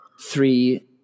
three